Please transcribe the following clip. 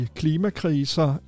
klimakriser